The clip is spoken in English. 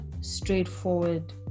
straightforward